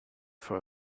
for